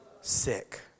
Sick